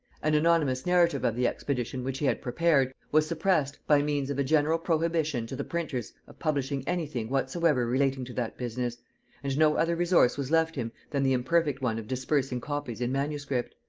an anonymous narrative of the expedition which he had prepared, was suppressed by means of a general prohibition to the printers of publishing any thing whatsoever relating to that business and no other resource was left him than the imperfect one of dispersing copies in manuscript.